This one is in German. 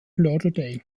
lauderdale